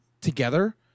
together